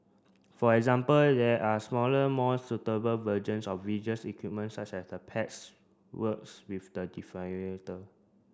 for example there are smaller more suitable versions of equipment such as the pads works with the